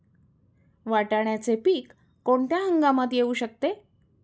वाटाण्याचे पीक कोणत्या हंगामात येऊ शकते?